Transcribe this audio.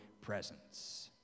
presence